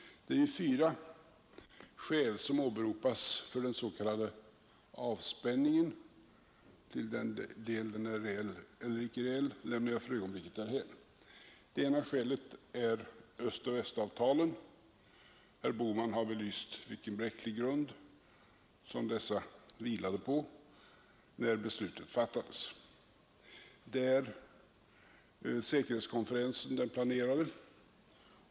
Det är ju fyra skäl som åberopas för den s.k. avspänningen — till vilken del den är reell eller icke reell lämnar jag för ögonblicket därhän. Det första skälet är öst-västavtalen. Herr Bohman har belyst vilken bräcklig grund som dessa vilade på när beslutet fattades. 113 Det andra skälet är den planerade säkerhetskonferensen.